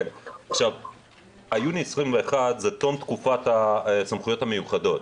חודש יוני 21' זה תום תקופת הסמכויות המיוחדות.